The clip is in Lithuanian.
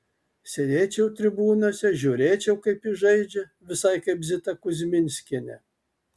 sėdėčiau tribūnose žiūrėčiau kaip jis žaidžia visai kaip zita kuzminskienė